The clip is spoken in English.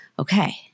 Okay